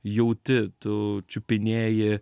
jauti tu čiupinėji